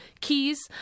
keys